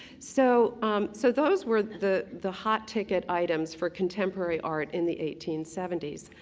so um so those were the the hot ticket items for contemporary art in the eighteen seventy s.